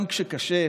או שאתה ביקשת?